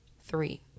three